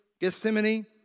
Gethsemane